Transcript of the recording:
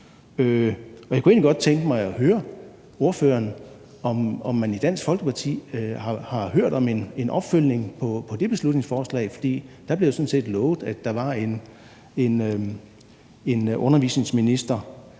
og jeg kunne egentlig godt tænke mig at høre ordføreren, om man i Dansk Folkeparti har hørt om en opfølgning på det beslutningsforslag, for det blev jo sådan set lovet, at der var en børne- og undervisningsminister,